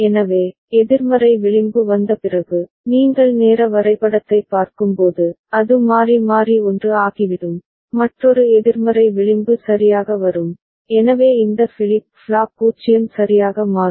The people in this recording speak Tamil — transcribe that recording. எனவே எதிர்மறை விளிம்பு வந்த பிறகு நீங்கள் நேர வரைபடத்தைப் பார்க்கும்போது அது மாறி மாறி 1 ஆகிவிடும் மற்றொரு எதிர்மறை விளிம்பு சரியாக வரும் எனவே இந்த ஃபிளிப் ஃப்ளாப் 0 சரியாக மாறும்